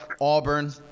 Auburn